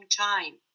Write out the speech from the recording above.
time